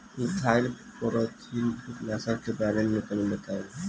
Methyl parathion कीटनाशक के बारे में तनि बताई?